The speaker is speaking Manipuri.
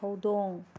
ꯍꯧꯗꯣꯡ